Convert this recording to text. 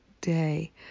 day